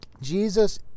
Jesus